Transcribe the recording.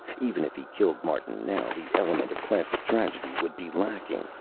even if he killed martin now, the element of classic tragedy would be lacking.